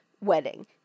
wedding